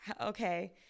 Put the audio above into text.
okay